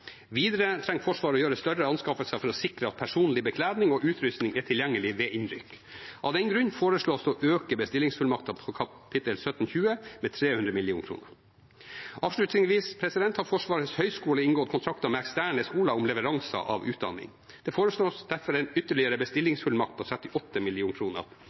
Videre trenger Forsvaret å gjøre større anskaffelser for å sikre at personlig bekledning og utrustning er tilgjengelig ved innrykk. Av den grunn foreslås det å øke bestillingsfullmakten på Kap. 1720 med 300 mill. kr. Avslutningsvis har Forsvarets høgskole inngått kontrakter med eksterne skoler om leveranser av utdanning. Det foreslås derfor en ytterligere bestillingsfullmakt på 38